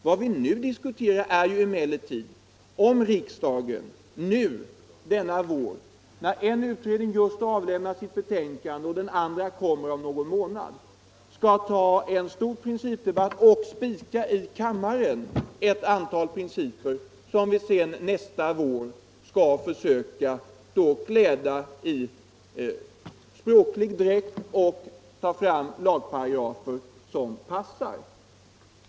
Vad vi nu diskuterar är emellertid om riksdagen denna vår, när en utredning just har avlämnat sitt betänkande och en annan kommer om någon månad, skall ta en stor principdebatt och i kammaren besluta om ett antal principer, som vi sedan nästa vår skall försöka utforma i lagparagrafer.